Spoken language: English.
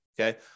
Okay